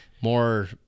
more